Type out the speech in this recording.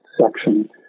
section